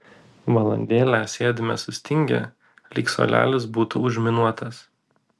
valandėlę sėdime sustingę lyg suolelis būtų užminuotas